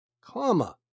comma